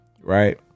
right